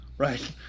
Right